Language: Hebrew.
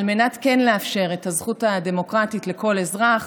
על מנת לאפשר את הזכות הדמוקרטית לכל אזרח,